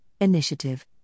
Initiative